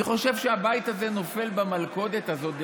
אני חושב שהבית הזה נופל במלכודת הזאת.